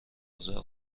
ازار